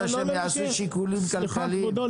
סליחה כבודו,